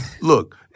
Look